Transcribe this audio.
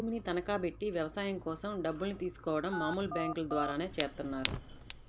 భూమిని తనఖాబెట్టి వ్యవసాయం కోసం డబ్బుల్ని తీసుకోడం మామూలు బ్యేంకుల ద్వారానే చేత్తన్నారు